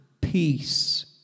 peace